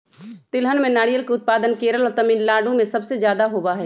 तिलहन में नारियल के उत्पादन केरल और तमिलनाडु में सबसे ज्यादा होबा हई